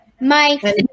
My-